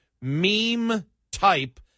meme-type